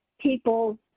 people